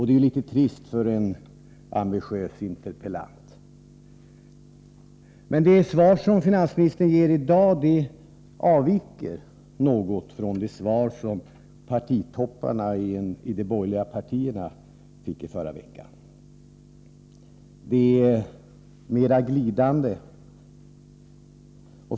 Det är litet trist för en ambitiös interpellant, herr talman. Det svar som finansministern ger mig i dag avviker något från det svar som partitopparna i de borgerliga partierna fick. Det är mera glidande.